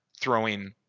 throwing